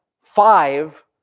five